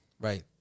Right